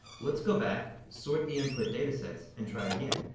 let's go back, sort the input data sets, and try again.